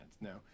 No